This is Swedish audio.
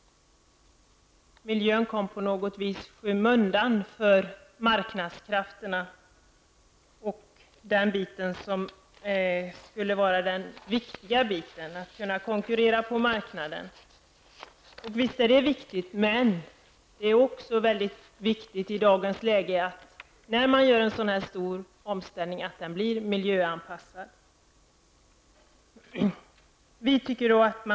Miljön kom på något vis i skymundan för marknadskrafterna. Den viktiga biten skulle vara att kunna konkurrera på marknaden. Visst är det viktigt, men det är också väldigt viktigt i dagens läge, när man gör en så här stor omställning, att den blir miljöanpassad.